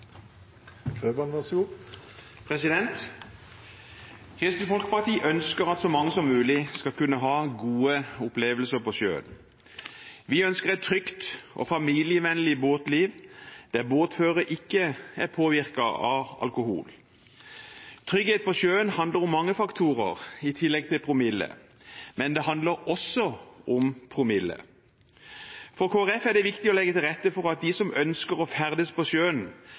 Kristelig Folkeparti ønsker at så mange som mulig skal kunne ha gode opplevelser på sjøen. Vi ønsker et trygt og familievennlig båtliv der båtfører ikke er påvirket av alkohol. Trygghet på sjøen handler om mange faktorer i tillegg til promille, men det handler også om promille. For Kristelig Folkeparti er det viktig å legge til rette for at de som ønsker å ferdes på sjøen,